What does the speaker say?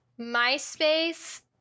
MySpace